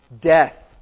death